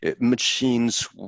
machines